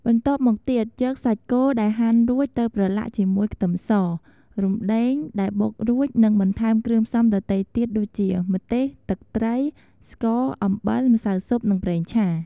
បន្ទាប់មកទៀតយកសាច់គោដែលហាន់រួចទៅប្រឡាក់ជាមួយខ្ទឹមស រំដេង ដែលបុករួច និងបន្ថែមគ្រឿងផ្សំដទៃទៀតដូចជាម្ទេសទឹកត្រីស្ករអំបិលម្សៅស៊ុបនិងប្រេងឆា។